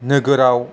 नोगोराव